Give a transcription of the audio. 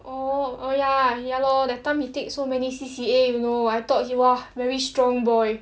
oh oh ya ya lor that time he take so many C_C_A you know I thought he !wah! very strong boy